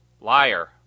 Liar